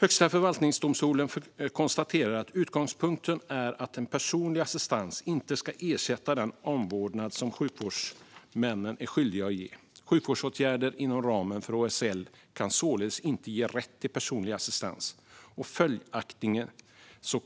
Högsta förvaltningsdomstolen konstaterar att utgångspunkten är att personlig assistans inte ska ersätta den omvårdnad som sjukvårdshuvudmännen är skyldiga att ge. Sjukvårdsåtgärder inom ramen för HSL kan således inte ge rätt till personlig assistans. Följaktligen